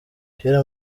kera